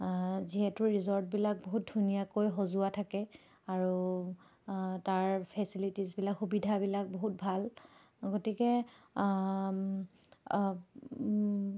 যিহেতু ৰিজৰ্টবিলাক বহুত ধুনীয়াকৈ সজোৱা থাকে আৰু তাৰ ফেচিলিটিছবিলাক সুবিধাবিলাক বহুত ভাল গতিকে